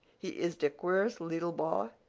he is de queeres' leetle boy.